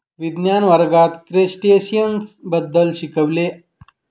विज्ञान वर्गात क्रस्टेशियन्स बद्दल शिकविले